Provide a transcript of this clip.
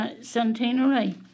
centenary